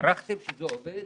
הערכתם שזה עובד?